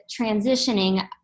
transitioning